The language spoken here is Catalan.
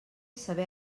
saber